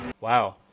Wow